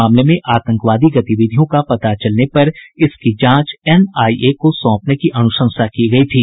मामले में आतंकवादी गतिविधियों का पता चलने पर इसकी जांच एनआईए को सौंपने की अनुशंसा की गई थी